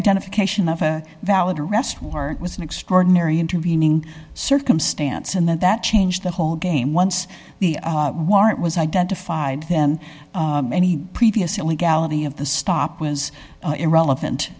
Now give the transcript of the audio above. identification of a valid arrest warrant was an extraordinary intervening circumstance and that that changed the whole game once the warrant was identified then any previous illegality of the stop was irrelevant